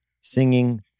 singing